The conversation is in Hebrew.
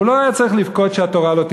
הוא לא היה צריך לבכות שהתורה לא תימשך,